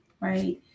right